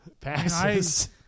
passes